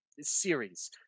series